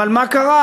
אבל מה קרה?